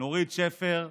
נורית שפר,